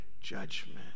judgment